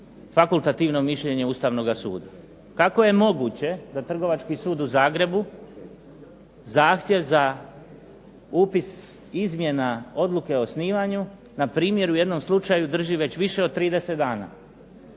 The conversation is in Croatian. fakultativno mišljenje Ustavnog suda. Kako je moguće da Trgovački sud u Zagrebu zahtjev za upis izmjena odluke o osnivanju npr. u jednom slučaju drži već više od 30 dana,